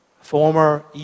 former